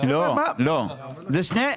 אני אסביר,